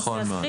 נכון מאוד.